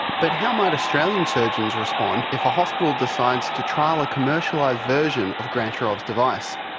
but how might australian surgeons respond if a hospital decides to trial a commercialised version of grantcharov's device?